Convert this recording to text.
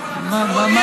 אתה יכול,